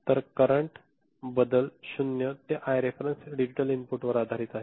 तर करंट बदल 0 ते आय रेफेरेंस डिजिटल इनपुटवर आधारित आहे